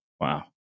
Wow